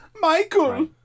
Michael